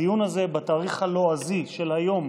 הדיון הזה בתאריך הלועזי של היום,